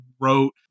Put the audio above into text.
wrote